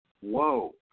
whoa